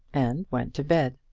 and went to bed.